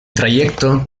trayecto